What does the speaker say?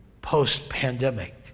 post-pandemic